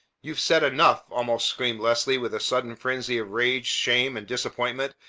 you've said enough! almost screamed leslie with a sudden frenzy of rage, shame, and disappointment.